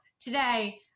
today